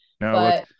No